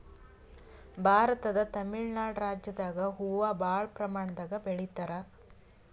ಭಾರತದ್ ತಮಿಳ್ ನಾಡ್ ರಾಜ್ಯದಾಗ್ ಹೂವಾ ಭಾಳ್ ಪ್ರಮಾಣದಾಗ್ ಬೆಳಿತಾರ್